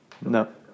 No